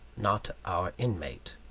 not our inmate.